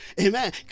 amen